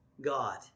God